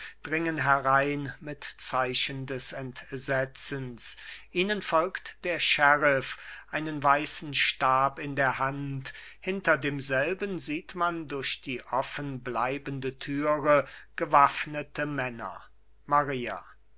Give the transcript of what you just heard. dringen herein mit zeichen des entsetzens ihnen folgt der sheriff einen weißen stab in der hand hinter demselben sieht man durch die offenbleibende türe gewaffnete männer maria